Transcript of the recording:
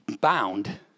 bound